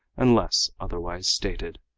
unless otherwise stated.